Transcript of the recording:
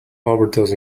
overdose